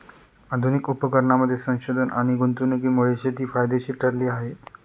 आधुनिक उपकरणांमध्ये संशोधन आणि गुंतवणुकीमुळे शेती फायदेशीर ठरली आहे